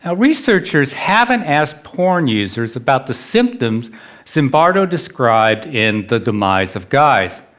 ah researchers haven't asked porn users about the symptoms zimbardo described in the demise of guys.